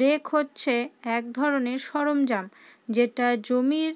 rake হছে এক ধরনের সরঞ্জাম যেটা জমির